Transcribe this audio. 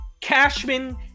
Cashman